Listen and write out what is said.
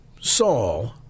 Saul